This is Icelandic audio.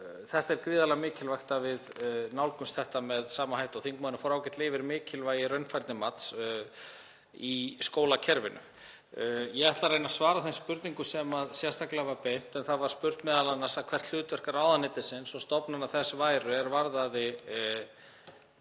að það er gríðarlega mikilvægt að við nálgumst þetta með sama hætti, og þingmaðurinn fór ágætlega yfir mikilvægi raunfærnimats í skólakerfinu. Ég ætla að reyna að svara þeim spurningum sem sérstaklega var beint að mér en það var spurt m.a. hvert hlutverk ráðuneytisins og stofnana þess væri er varðaði